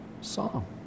song